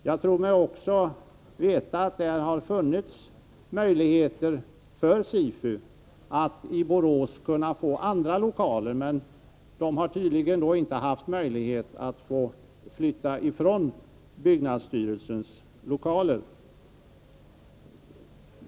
Jag tror mig också veta att det har funnits möjligheter för SIFU att få andra lokaler i Borås, men man har tydligen inte haft möjlighet att flytta från byggnadsstyrelsens lokaler.